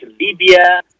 Libya